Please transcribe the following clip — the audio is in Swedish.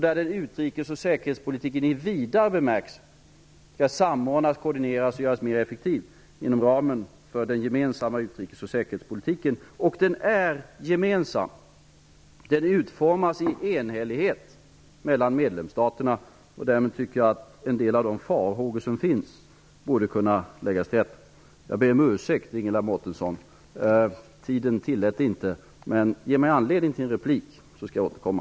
Där skall utrikesoch säkerhetspolitiken i vidare bemärkelse samordnas och göras mer effektiv inom ramen för den gemensamma utrikes och säkerhetspolitiken. Den är gemensam och utformas i enhällighet mellan medlemsstaterna. Därmed tycker jag att en del av de farhågor som finns borde kunna läggas till rätta. Jag ber om ursäkt, Ingela Mårtensson, tiden tillåter mig inte att fortsätta, men ge mig anledning så skall jag återkomma.